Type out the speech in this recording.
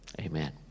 Amen